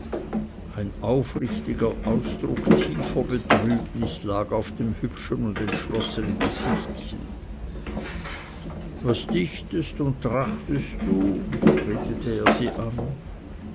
ein aufrichtiger ausdruck tiefer betrübnis lag auf dem hübschen und entschlossenen gesichtchen was dichtest und trachtest du redete er sie an